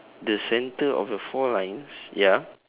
the centre of the four lines ya